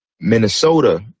Minnesota